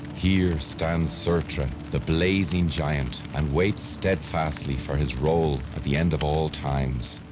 here stands surtr, the blazing giant, and waits steadfastly for his role at the end of all times,